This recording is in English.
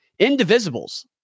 Indivisibles